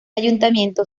ayuntamiento